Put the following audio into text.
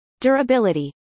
Durability